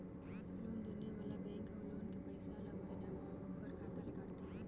loan देने वाला bank ह लोन के पइसा ल महिना म ओखर खाता ले काटथे